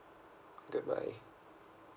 goodbye